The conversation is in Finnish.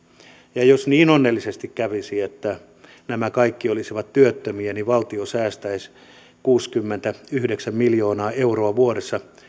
ja jos niin onnellisesti kävisi että nämä kaikki olisivat työttömiä niin valtio säästäisi kuusikymmentäyhdeksän miljoonaa euroa vuodessa